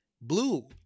blue